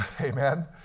Amen